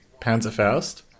Panzerfaust